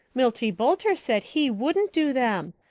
milty boulter said he wouldn't do them,